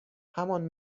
همان